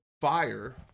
Fire